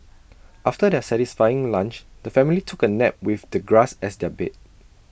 after their satisfying lunch the family took A nap with the grass as their bed